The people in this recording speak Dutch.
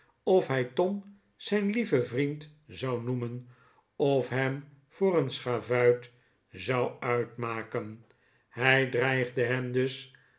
of hij tom zijn lieven vriend zou noemen of hem voor een schavuit zou uitmaken hij dreigde hem dus